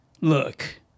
Look